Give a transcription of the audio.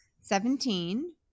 Seventeen